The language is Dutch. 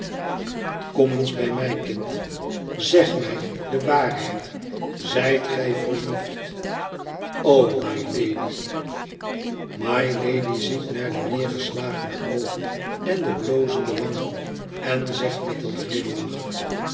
kom eens bij mij kind zeg mij do waarheid zijt gij verliefd o mylady mylady ziet naar de neergeslagene oogen en de blozende wangen en zegt met een glimlach